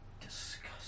disgusting